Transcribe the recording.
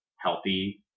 healthy